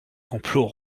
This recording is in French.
complots